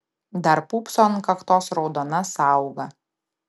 dar pūpso ant kaktos raudona sąauga